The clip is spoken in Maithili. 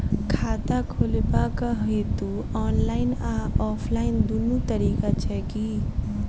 खाता खोलेबाक हेतु ऑनलाइन आ ऑफलाइन दुनू तरीका छै की?